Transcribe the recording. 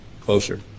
Closer